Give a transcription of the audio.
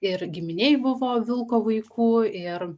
ir giminėj buvo vilko vaikų ir